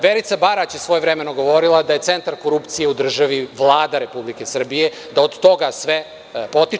Verica Barać je svojevremeno govorila da je centar korupcije u državi Vlada Republike Srbije, da od toga svepotiče.